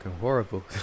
horrible